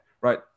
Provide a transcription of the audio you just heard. right